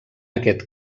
aquest